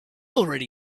already